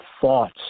thoughts